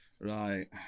Right